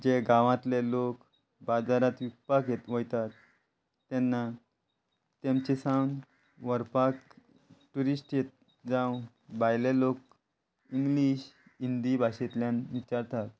जे गांवांतले लोक बाजारांत विकपाक वयतात तेन्ना तेमचे सावन व्हरपाक ट्युरिस्ट जावं भायले लोक इंग्लीश हिंदी भाशेंतल्यान विचारतात